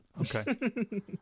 Okay